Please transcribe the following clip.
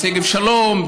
שגב שלום,